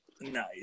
nice